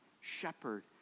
shepherd